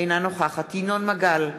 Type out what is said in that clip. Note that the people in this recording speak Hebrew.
אינה נוכחת ינון מגל,